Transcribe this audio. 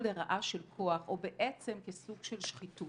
לרעה של כוח או בעצם כסוג של שחיתות.